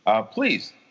Please